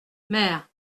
mer